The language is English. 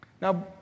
Now